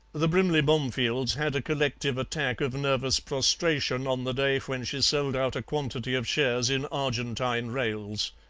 the brimley bomefields had a collective attack of nervous prostration on the day when she sold out a quantity of shares in argentine rails.